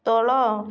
ତଳ